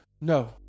no